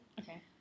Okay